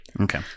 Okay